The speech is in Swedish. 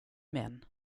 män